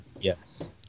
Yes